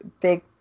big